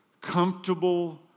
comfortable